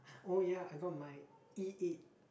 oh ya I got my E-eight